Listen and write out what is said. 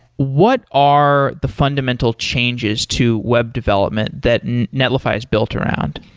what are the fundamental changes to web development that netlify is built around?